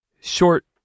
short